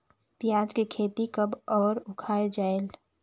पियाज के खेती कब अउ उखाड़ा जायेल?